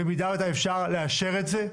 במידת האפשר לאשר את זה,